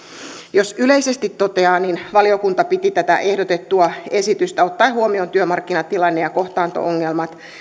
jos yleisesti toteaa niin valiokunta piti tätä ehdotettua esitystä tarpeellisena ottaen huomioon työmarkkinatilanteen ja kohtaanto ongelmat